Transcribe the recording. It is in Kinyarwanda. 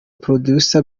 producer